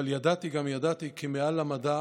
אבל ידעתי גם ידעתי כי מעל המדע